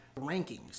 rankings